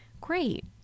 great